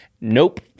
nope